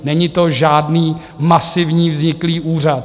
Není to žádný masivní vzniklý úřad.